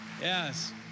Yes